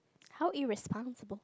how irresponsible